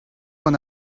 gant